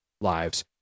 lives